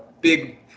big